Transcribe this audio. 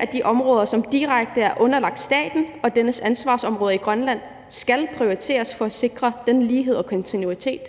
at de områder, som direkte er underlagt staten og dennes ansvarsområder i Grønland, skal prioriteres for at sikre den lighed og kontinuitet.